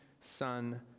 son